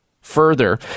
Further